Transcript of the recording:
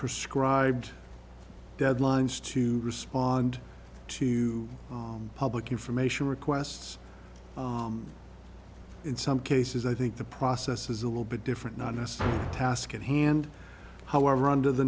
prescribe deadlines to respond to public information requests in some cases i think the process is a little bit different not a necessary task at hand however under the